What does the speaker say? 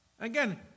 Again